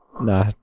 Nah